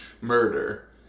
murder